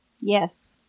Yes